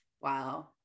wow